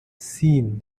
seen